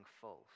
false